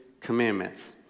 commandments